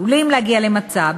עלולים להגיע למצב,